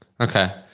Okay